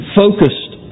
focused